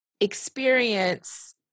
experience